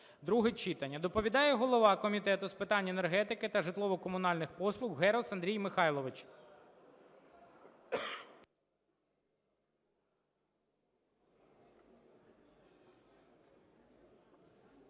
друге читання. Доповідає голова Комітету з питань енергетики та житлово-комунальних послуг Герус Андрій Михайлович.